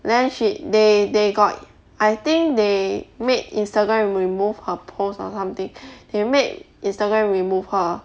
then she they they got I think they made instagram remove her post or something they make instagram remove her